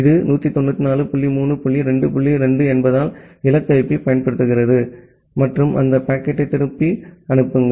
இது 194 dot 3 dot 2 dot 2 என்பதால் இலக்கு ஐபி பயன்படுத்துகிறது மற்றும் அந்த பாக்கெட்டை திருப்பி அனுப்புங்கள்